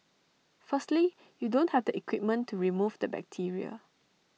firstly you don't have the equipment to remove the bacteria